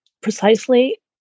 precisely